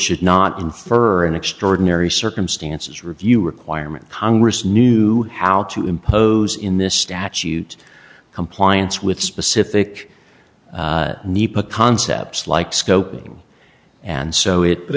should not infer in extraordinary circumstances review requirement congress knew how to impose in this statute compliance with specific nepa concepts like scoping and